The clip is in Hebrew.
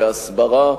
בהסברה,